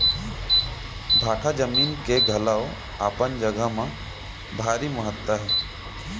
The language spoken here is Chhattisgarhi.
भाठा जमीन के घलौ अपन जघा म भारी महत्ता हे